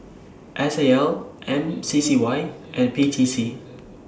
S A L M C C Y and P T C